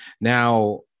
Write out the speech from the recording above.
Now